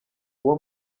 uwo